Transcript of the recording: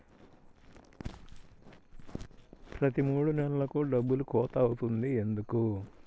ప్రతి మూడు నెలలకు డబ్బులు కోత అవుతుంది ఎందుకు?